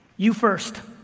you first.